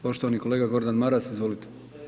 Poštovani kolega Gordan Maras, izvolite.